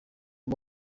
ati